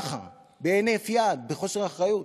בהינף יד, בחוסר אחריות.